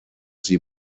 sie